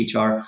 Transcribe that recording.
HR